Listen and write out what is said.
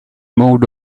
moved